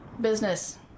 Business